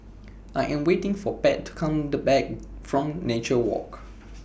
I Am waiting For Pat to Come to Back from Nature Walk